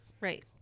right